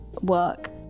work